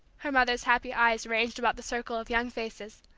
her mother's happy eyes ranged about the circle of young faces.